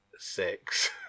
six